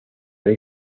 rey